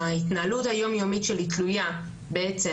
שההתנהלות היום-יומית שלי תלויה בעצם